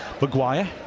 Maguire